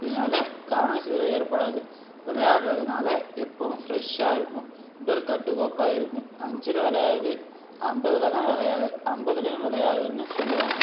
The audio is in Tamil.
இதுனால் காய்ச்சல் ஏற்படாது விளையாடுறதுனால எப்பவும் ஃப்ரஷ்ஷாக இருப்போம் உடல் கட்டுக்கோப்பாக இருக்கும் அஞ்சில் வளையாதது அம்பதில் தான் வளையாது ஐம்பதுலியும் வளையாதுனு சொல்லுவாங்க